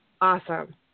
Awesome